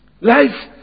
Life